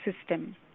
system